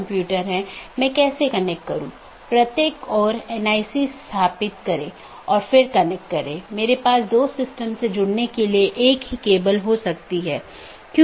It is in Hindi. दूसरा अच्छी तरह से ज्ञात विवेकाधीन एट्रिब्यूट है यह विशेषता सभी BGP कार्यान्वयन द्वारा मान्यता प्राप्त होनी चाहिए